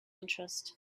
interest